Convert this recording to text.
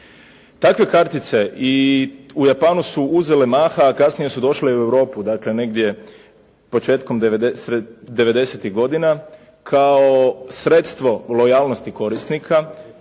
Takve kartice i u Japanu su uzele maha, a kasnije su došle i u Europu, dakle negdje početkom devedesetih godina kao sredstvo lojalnosti korisnika,